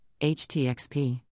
HTXP